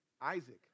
Isaac